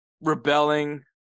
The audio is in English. Rebelling